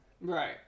Right